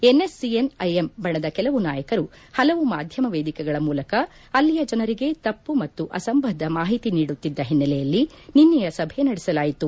NSCN IM ಬಣದ ಕೆಲವು ನಾಯಕರು ಪಲವು ಮಾಧ್ಯಮ ವೇದಿಕೆಗಳ ಮೂಲಕ ಅಲ್ಲಿಯ ಜನರಿಗೆ ತಮ್ನ ಮತ್ತು ಅಸಂಬದ್ಲ ಮಾಹಿತಿ ನೀಡುತ್ತಿದ್ದ ಹಿನ್ನೆಲೆಯಲ್ಲಿ ನಿನ್ನೆಯ ಸಭೆಯನ್ನು ನಡೆಸಲಾಯಿತು